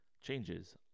changes